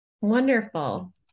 Wonderful